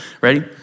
Ready